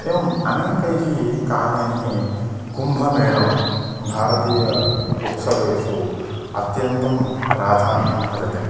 एवम् अनेकैः कारणैः कुम्भमेलं भारतीय उत्सवेषु अत्यन्तं प्राधान्यं भजते